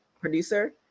producer